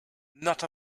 not